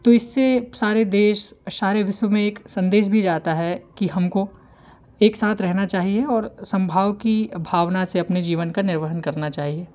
तो इससे सारे देश सारे विश्व में एक संदेश भी जाता है कि हमको एक साथ रहना चाहिए और समभाव की भावना से अपने जीवन का निर्वहन करना चाहिए